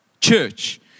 church